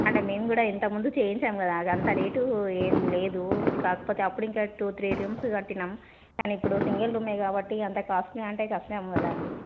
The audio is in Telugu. అంటే మేము కూడా ఇంతకు ముందు చేయించాం కదా అది అంత రేటు ఏమి లేదు కాకపోతే అప్పుడు ఇంకా టూ త్రీ రూమ్స్ కట్టినాం కానీ ఇప్పుడు సింగల్ రూమ్ కాబట్టి అంత కాస్ట్లీ అంటే కష్టం కదా అండి